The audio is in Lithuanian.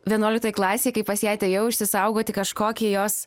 vienuoliktoj klasėj kai pas ją atėjau išsisaugoti kažkokį jos